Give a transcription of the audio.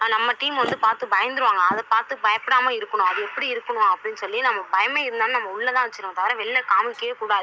நம்ம டீம் வந்து பார்த்து பயந்துவிடுவாங்க அதை பார்த்து பயப்படாமல் இருக்கணும் அது எப்படி இருக்கணும் அப்படின்னு சொல்லி நம்ம பயமே இருந்தாலும் நம்ம உள்ளே தான் வச்சிருக்கனும் தவிர வெளில காமிக்கவே கூடாது